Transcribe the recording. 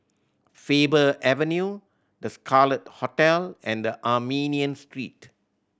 Faber Avenue The Scarlet Hotel and Armenian Street